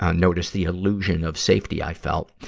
ah notice the illusion of safety i felt.